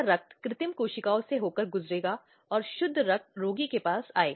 लेकिन यह हर समय महिलाओं के लिए एक बहुत ही गंभीर समस्या है